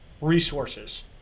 resources